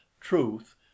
truth